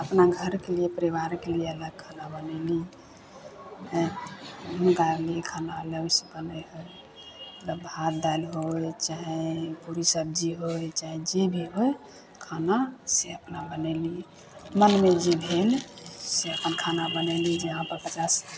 अपना घरके लिए परिवारके लिए अलग खाना बनेली हँ निकालली खाना अलग से बनै हइ मतलब भात दालि भऽ गेल चाहे पूड़ी सब्जी होइ चाहे जे भी होइ खाना से अपना बनेली मोनमे जे भेल से अपन खाना बनेली जे पचास